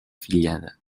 fillada